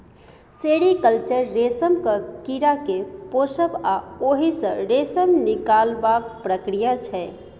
sericulture रेशमक कीड़ा केँ पोसब आ ओहि सँ रेशम निकालबाक प्रक्रिया छै